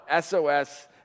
SOS